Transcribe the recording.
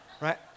right